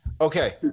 Okay